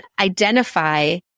identify